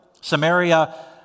Samaria